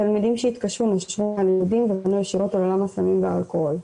תלמידים שהתקשו נשרו מהלימודים ופנו ישירות אל עולם הסמים והאלכוהול.